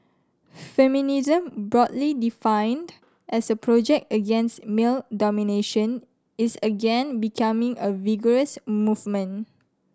feminism broadly defined as a project against male domination is again becoming a vigorous movement